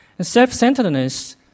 Self-centeredness